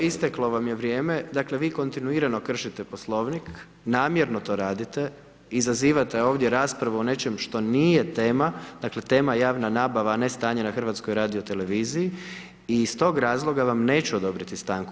Evo, istaklo vam je vrijeme, dakle, vi kontinuirano kršite poslovnik, namjerno to radite, izazivate ovdje raspravu o nečem što nije tema, dakle, tema je javna nabava, a ne stanje na HRT-u i iz tog razloga vam neću odobriti stanku.